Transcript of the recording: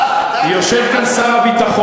עם פצצת אטום.